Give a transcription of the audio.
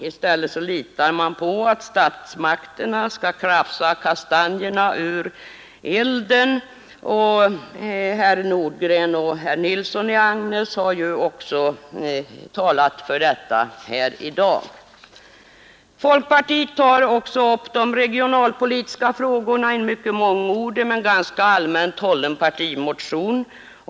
I stället litar man på att statsmakterna skall kratsa kastanjerna ur elden — herr Nordgren och herr Nilsson i Agnäs har varit inne på detta i dag. Folkpartiet har också tagit upp de regionalpolitiska frågorna i en mångordig men ganska allmänt hållen partimotion.